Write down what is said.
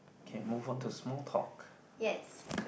K move on to small talk